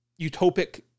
utopic